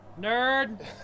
Nerd